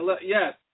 Yes